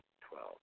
Twelve